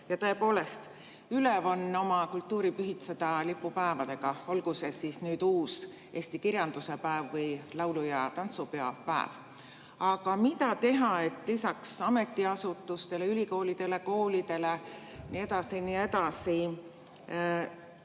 Tõepoolest, ülev on oma kultuuri pühitseda lipupäevadega, olgu need siis uus eesti kirjanduse päev või laulu- ja tantsupeo päev. Aga mida teha, et lisaks ametiasutustele, ülikoolidele, koolidele ja nii edasi